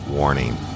Warning